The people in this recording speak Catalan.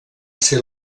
ser